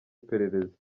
iperereza